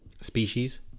species